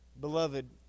Beloved